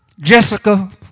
Jessica